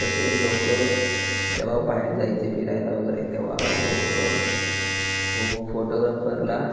कसे लोक तेव्हा बाहेर जायचे फिरायला वगैरे तेव्हा लोक फो फोटोग्राफरला